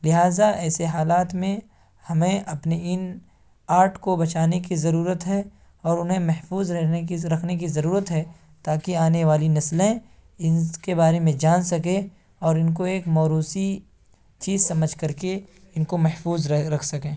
لہٰذا ایسے حالات میں ہمیں اپنے ان آرٹ کو بچانے کی ضرورت ہے اور انہیں محفوظ رکھنے رکھنے کی رکھنے کی ضرورت ہے تاکہ آنے والی نسلیں ان کے بارے میں جان سکیں اور ان کو ایک موروثی چیز سمجھ کر کے ان کومحفوظ رہ رکھ سکیں